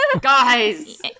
Guys